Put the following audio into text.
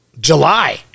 July